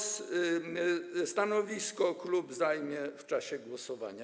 Stanowisko klub zajmie w czasie głosowania.